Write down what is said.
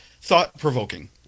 thought-provoking